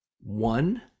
one